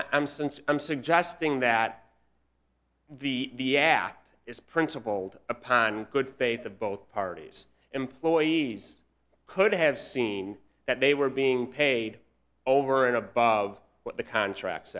and since i'm suggesting that the vat is principled upon good faith of both parties employees could have seen that they were being paid over and above what the contract